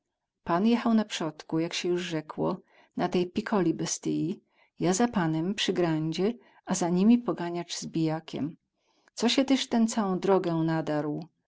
pan jechał na przodku jak sie juz rzekło na tej pikoli bestyi ja za panem przy grandzie a za nami poganiac z bijakiem co sie tyz ten całą drogę nadarł